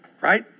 Right